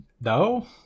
No